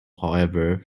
however